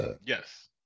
Yes